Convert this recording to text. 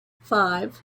five